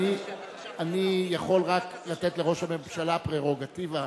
אני יכול רק לתת לראש הממשלה פררוגטיבה.